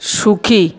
সুখী